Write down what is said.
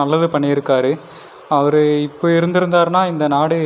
நல்லது பண்ணியிருக்காரு அவர் இப்போ இருந்துருந்தாருன்னால் இந்த நாடு